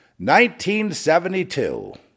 1972